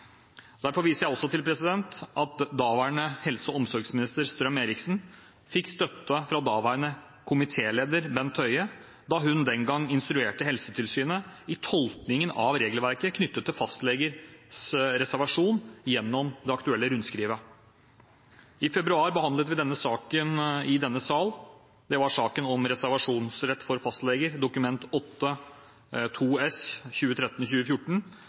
Derfor viser jeg også til at daværende helse- og omsorgsminister Strøm-Erichsen fikk støtte fra daværende komitéleder Høie da hun den gang instruerte Helsetilsynet i tolkningen av regelverket knyttet til fastlegers reservasjon gjennom det aktuelle rundskrivet. I februar behandlet vi i denne sal saken om reservasjonsrett for fastleger, Dokument 8:2 S